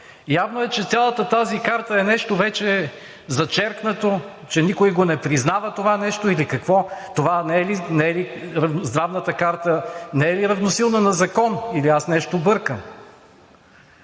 Явно е, че цялата тази карта е нещо вече зачеркнато, че никой не признава това нещо или какво? Здравната карта не е ли равносилна на закон, или аз нещо бъркам?